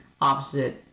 opposite